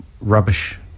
rubbish